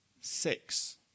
Six